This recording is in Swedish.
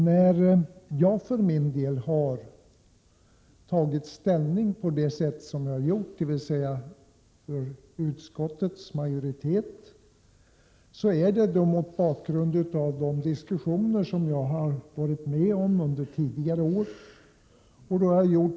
När jag för min del har tagit ställning på det sätt som jag gjort, dvs. för utskottsmajoriteten, har jag gjort det mot bakgrund av de diskussioner som jag varit med om under tidigare år.